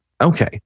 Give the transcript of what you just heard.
Okay